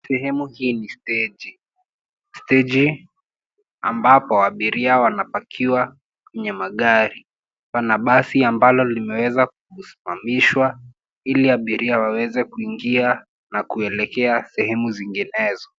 Sehemu hii ni steji. Steji ambapo abiria wanapakiwa kwenye magari. Pana basi ambalo limeweza kusimamishwa ili abiria waweze kuingia na kuelekea sehemu zinginezo.